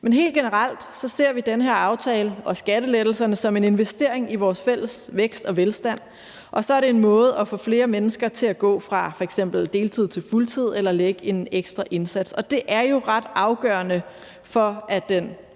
Men helt generelt ser vi den her aftale og skattelettelserne som en investering i vores fælles vækst og velfærd, og så er det en måde at få flere mennesker til at gå fra f.eks. deltid til fuldtid eller lægge en ekstra indsats. Og det er jo ret afgørende for, at den